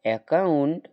account